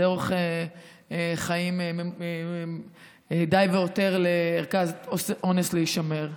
זה אורך חיים די והותר לערכת אונס להישמר.